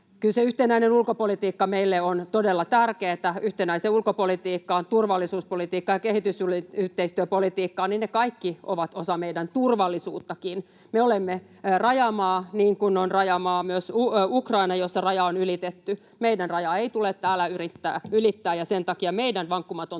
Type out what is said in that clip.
yhtenäinen ulkopolitiikka meille on todella tärkeätä. Yhtenäinen ulkopolitiikka, turvallisuuspolitiikka ja kehitysyhteistyöpolitiikka ovat kaikki osa meidän turvallisuuttakin. Me olemme rajamaa, niin kuin on rajamaa myös Ukraina, jossa raja on ylitetty. Meidän rajaa ei tule täällä ylittää, ja sen takia meidän vankkumaton tuki